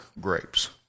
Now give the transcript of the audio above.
grapes